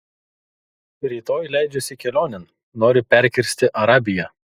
rytoj leidžiuosi kelionėn noriu perkirsti arabiją